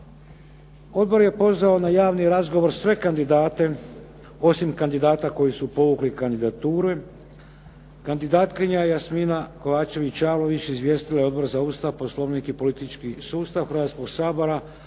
Odbor je pozvao na javni razgovor sve kandidate osim kandidata koji su povukli kandidature. Kandidatkinja Jasmina Kovačević-Čavlović izvijestila je Odbor za Ustav, Poslovnik i politički sustav Hrvatskoga sabora